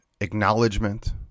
acknowledgement